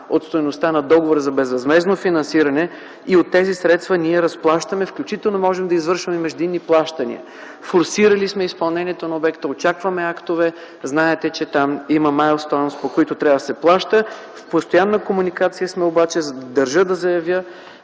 от стойността на Договора за безвъзмездно финансиране. От тези средства ние разплащаме. Включително можем да извършваме междинни плащания. Форсирали сме изпълнението на обекта. Очакваме актове. Знаете, че там има „майлстоунс”, по които трябва да се плаща. В постоянна комуникация сме – държа да го заявя